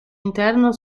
interno